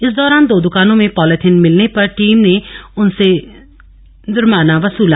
इस दौरान दो दुकानों में पॉलीथिन मिलने पर टीम ने उनसे जुर्माना वसूला